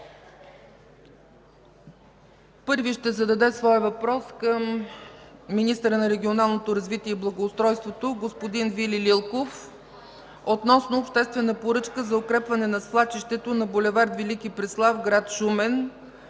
Първи ще зададе своя въпрос към министъра на регионалното развитие и благоустройството господин Вили Лилков относно обществена поръчка за укрепване на свлачището на бул. „Велики Преслав”, град Шумен,